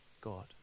God